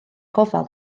gofal